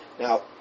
Now